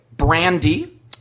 Brandy